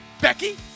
Becky